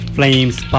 Flames